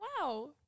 Wow